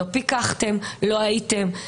לא פיקחתם, לא הייתם.